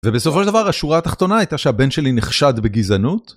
ובסופו של דבר, השורה התחתונה הייתה שהבן שלי נחשד בגזענות.